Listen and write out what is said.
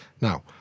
Now